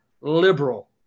liberal